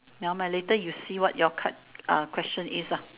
never mind later you see what your card uh question is lah